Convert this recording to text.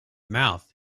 mouth